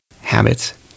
habits